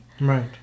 right